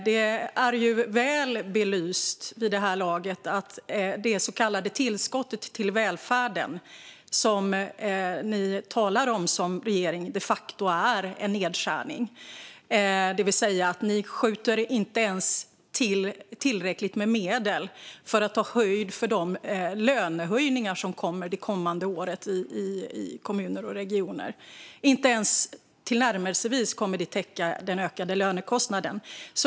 Det är väl belyst vid det här laget att det så kallade tillskott till välfärden som regeringen talar om de facto är en nedskärning. Ni skjuter inte ens till tillräckligt med medel för att ta höjd för de lönehöjningar som kommer det närmaste året i kommuner och regioner. Era medel kommer inte ens tillnärmelsevis att täcka den ökade lönekostnaden.